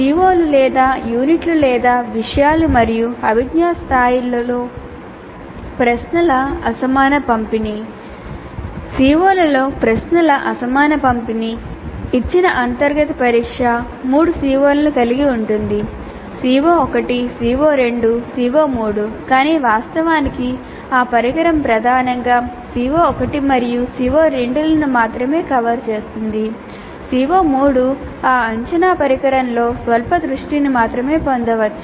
CO లు లేదా యూనిట్లు లేదా విషయాలు మరియు అభిజ్ఞా స్థాయిలలో ప్రశ్నల అసమాన పంపిణీ CO లలో ప్రశ్నల అసమాన పంపిణీ ఇచ్చిన అంతర్గత పరీక్ష మూడు CO లను కలిగి ఉంటుంది CO1 CO2 CO3 కానీ వాస్తవానికి ఆ పరికరం ప్రధానంగా CO1 మరియు CO2 లను మాత్రమే కవర్ చేస్తుంది CO3 ఆ అంచనా పరికరంలో స్వల్ప దృష్టిని మాత్రమే పొందవచ్చు